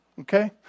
okay